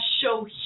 show